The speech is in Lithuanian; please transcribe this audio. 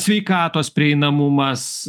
sveikatos prieinamumas